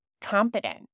competent